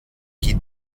die